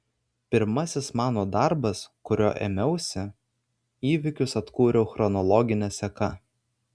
pirmasis mano darbas kurio ėmiausi įvykius atkūriau chronologine seka